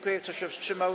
Kto się wstrzymał?